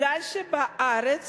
משום שבארץ